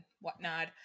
whatnot